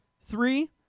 Three